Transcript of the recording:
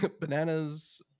Bananas